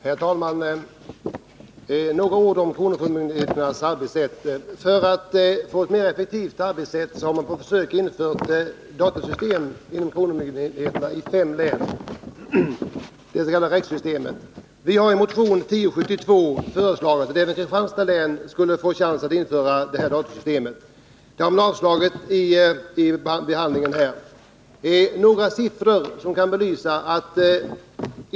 Herr talman! Jag skall säga några ord om kronofogdemyndigheternas arbetssätt. För att få ett mer effektivt arbete har man på försök infört datorsystem inom kronofogdemyndigheterna i fem län, det s.k. REX-systemet. Vi har i motion 1072 föreslagit att även Kristanstads län skulle få en chans att införa det här datorsystemet. Motionen har avstyrkts av utskottet.